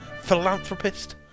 philanthropist